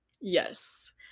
Yes